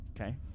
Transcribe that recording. Okay